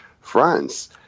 France